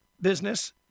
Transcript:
business